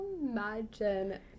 imagine